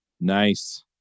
Nice